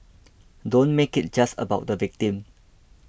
don't make it just about the victim